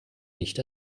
nicht